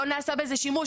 לא נעשה בזה שימשו,